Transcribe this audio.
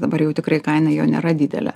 dabar jau tikrai kaina jo nėra didelė